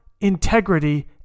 integrity